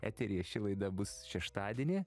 eteryje ši laida bus šeštadienį